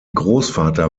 großvater